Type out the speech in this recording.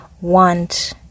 want